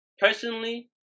Personally